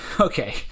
okay